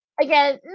Again